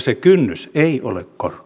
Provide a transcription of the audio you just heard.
se kynnys ei ole korkea